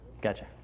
Gotcha